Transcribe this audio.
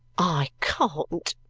i can't,